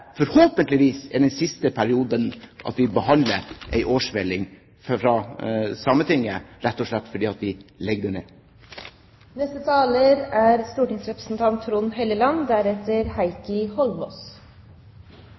forhåpentligvis, er den siste perioden vi behandler en årsmelding fra Sametinget, rett og slett fordi vi legger det ned. Nå er